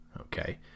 okay